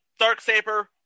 Darksaber